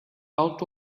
out